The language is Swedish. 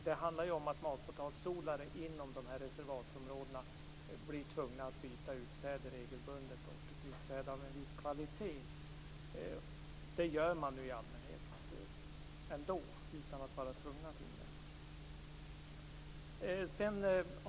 Det handlar om att matpotatisodlare inom reservatsområdena blir tvungna att byta utsäde regelbundet och använda ett utsäde av en viss kvalitet. Det gör man ju i allmänhet ändå, utan att vara tvungen till det.